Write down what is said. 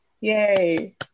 Yay